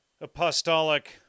apostolic